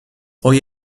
hoy